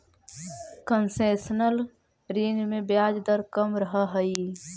concessional ऋण में ब्याज दर कम रहऽ हइ